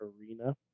arena